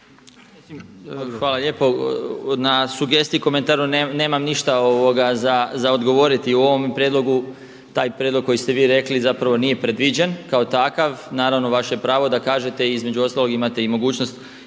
Hvala lijepo. Na sugestiji i komentaru nemam ništa za odgovoriti u ovome prijedlogu taj prijedlog koji ste vi rekli zapravo nije predviđen kao takav. Naravno vaše pravo je da kažete između ostalog imate i mogućnost